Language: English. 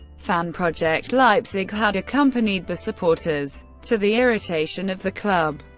fanprojekt leipzig had accompanied the supporters, to the irritation of the club.